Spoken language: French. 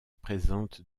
présente